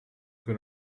que